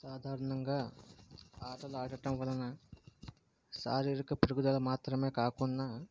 సాదరణంగా ఆటలు ఆడటం వలన శారీరక పెరుగుదల మాత్రమే కాకుండా